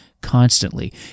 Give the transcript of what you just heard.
constantly